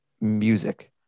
music